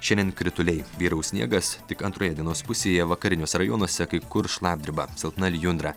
šiandien krituliai vyraus sniegas tik antroje dienos pusėje vakariniuose rajonuose kai kur šlapdriba silpna lijundra